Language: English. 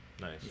nice